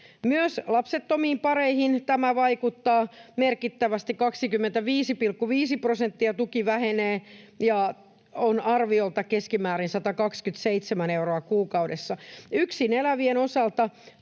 Myös lapsettomiin pareihin tämä vaikuttaa merkittävästi: 25,5 prosenttia tuki vähenee, mikä on arviolta keskimäärin 127 euroa kuukaudessa. Yksin elävien osalta